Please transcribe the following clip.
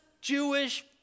Jewish